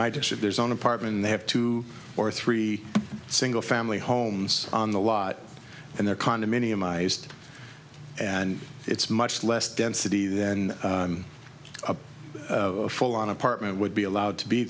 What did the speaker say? my dish if there's an apartment and they have two or three single family homes on the lot and their condominium ised and it's much less density then a full on apartment would be allowed to be